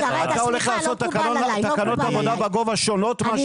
אתה הולך לעשות תקנות עבודה בגובה שונות מאשר ---?